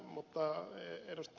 mutta ed